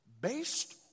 based